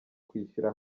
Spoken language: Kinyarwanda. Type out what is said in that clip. kwishyira